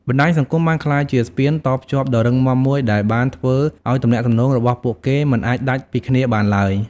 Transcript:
បណ្ដាញសង្គមបានក្លាយជាស្ពានតភ្ជាប់ដ៏រឹងមាំមួយដែលបានធ្វើឲ្យទំនាក់ទំនងរបស់ពួកគេមិនអាចដាច់ពីគ្នាបានឡើយ។